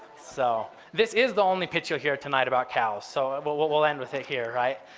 so this is the only picture here tonight about cows. so ah but we'll we'll end with it here, right?